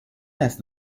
است